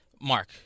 Mark